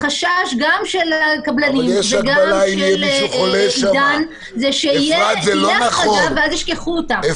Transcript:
החשש גם של הקבלנים וגם של עידן זה שתהיה החרגה ואז ישכחו אותם.